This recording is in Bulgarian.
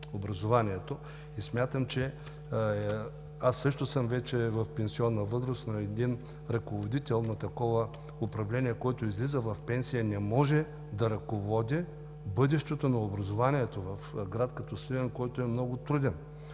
образованието. Аз също съм в пенсионна възраст, но ръководител на такова управление, който излиза в пенсия, не може да ръководи бъдещето на образованието в град като Сливен, който е много труден.